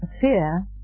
fear